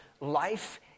life